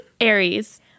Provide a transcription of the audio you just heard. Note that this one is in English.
aries